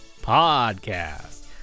Podcast